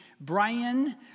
Brian